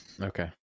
Okay